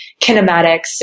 kinematics